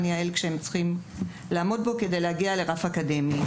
יע"ל בו הם צריכים להיבחן על מנת לעמוד ברף האקדמי.